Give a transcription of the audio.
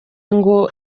ngo